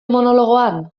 monologoan